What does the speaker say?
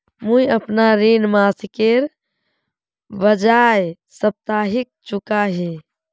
मुईअपना ऋण मासिकेर बजाय साप्ताहिक चुका ही